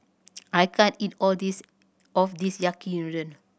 I can't eat all this of this Yaki Udon